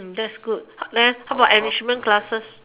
that's good math how about enrichment classes